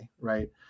Right